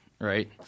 Right